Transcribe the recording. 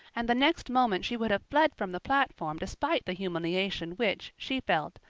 and the next moment she would have fled from the platform despite the humiliation which, she felt,